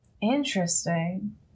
Interesting